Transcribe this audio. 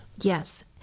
Yes